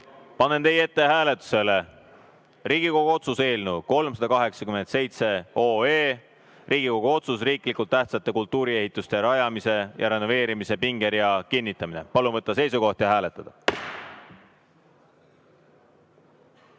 Panen teie ette hääletusele Riigikogu otsuse eelnõu 387: Riigikogu otsus "Riiklikult tähtsate kultuuriehitiste rajamise ja renoveerimise pingerea kinnitamine". Palun võtta seisukoht ja hääletada!